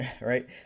right